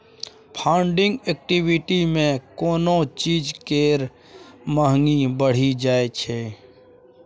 funding liquidity मे कोनो चीज केर महंगी बढ़ि जाइ छै